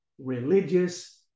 religious